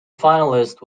finalist